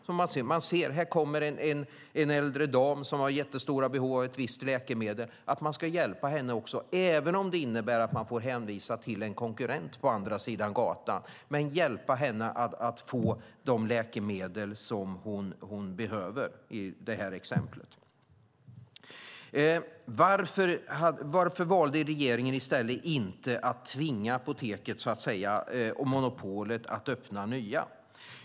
Till exempel om det kommer en äldre dam som har jättestora behov av ett visst läkemedel ska man hjälpa henne, även om det innebär att man får hänvisa till en konkurrent på andra sidan gatan, att få de läkemedel som hon i det här exemplet behöver. Varför valde regeringen inte att i stället tvinga, så att säga, Apoteket AB och monopolet att öppna nya apotek?